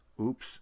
Oops